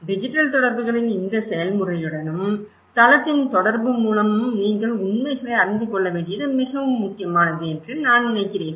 digital தொடர்புகளின் இந்த செயல்முறையுடனும் தளத்தின் தொடர்பு மூலமும் நீங்கள் உண்மைகளை அறிந்து கொள்ள வேண்டியது மிகவும் முக்கியமானது என்று நான் நினைக்கிறேன்